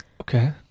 Okay